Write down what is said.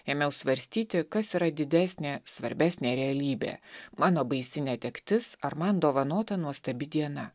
ėmiau svarstyti kas yra didesnė svarbesnė realybė mano baisi netektis ar man dovanota nuostabi diena